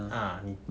ah 你